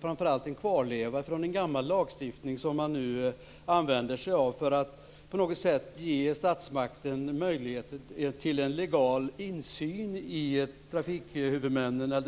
Framför allt är det en kvarleva från en gammal lagstiftning som man nu använder sig av för att på något sätt ge statsmakten möjlighet till legal insyn i